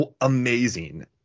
amazing